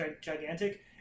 gigantic